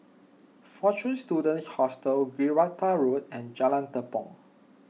fortune Students Hostel Gibraltar Road and Jalan Tepong